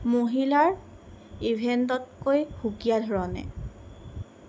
মহিলাৰ ইভেণ্টতকৈ সুকীয়া ধৰণে